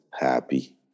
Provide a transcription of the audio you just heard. Happy